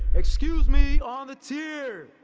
excuse me on the tier!